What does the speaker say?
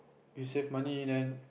you money then